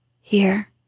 Here